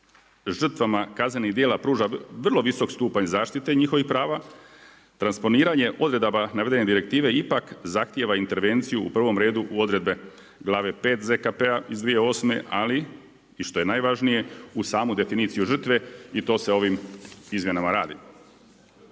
žrtvama kaznenih djela vrlo visok stupanj zaštite njihovih prava, transponiranje odredaba navedene direktive ipak zahtjeva intervenciju u prvom redu odredbe glave 5. ZKP-a iz 2008. ali i što je najvažnije, u samu definiciju žrtve i to se ovim izmjenama radi.